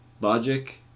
logic